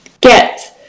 get